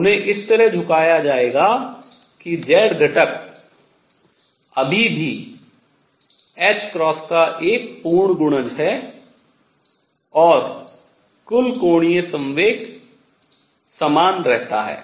उन्हें इस तरह झुकाया जाएगा कि z घटक अभी भी ℏ का एक पूर्ण गुणज है और कुल कोणीय संवेग समान रहता है